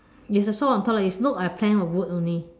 is the salt on top it looks like a pen or wood only